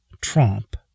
trump